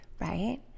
Right